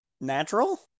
Natural